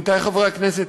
עמיתי חברי הכנסת,